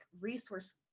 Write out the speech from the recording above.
resource